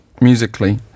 musically